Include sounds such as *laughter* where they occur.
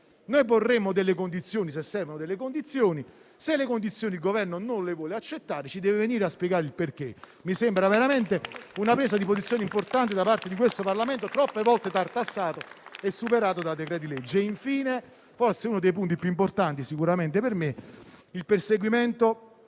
Noi porremmo delle condizioni, se servono. Se il Governo non le vuole accettare, ci deve venire a spiegare il perché. *applause* Mi sembra veramente una presa di posizione importante da parte di questo Parlamento, troppe volte tartassato e superato da decreti-legge. Infine, forse uno dei punti più importanti - sicuramente lo è per me - riguarda il perseguimento